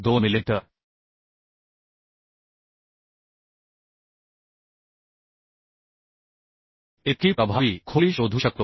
2 millimetre इतकी प्रभावी खोली शोधू शकतो